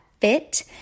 fit